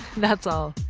that's all.